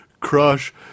Crush